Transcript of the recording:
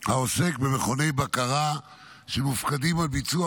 העוסק במכוני בקרה שמופקדים על ביצוע